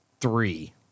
three